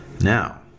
Now